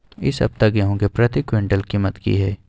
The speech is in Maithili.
इ सप्ताह गेहूं के प्रति क्विंटल कीमत की हय?